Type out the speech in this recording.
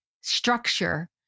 structure